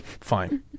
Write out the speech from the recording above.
fine